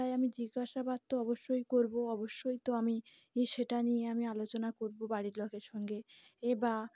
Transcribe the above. তাই আমি জিজ্ঞাসাবাদ তো অবশ্যই করবো অবশ্যই তো আমি সেটা নিয়ে আমি আলোচনা করবো বাড়ির লোকের সঙ্গে এ বা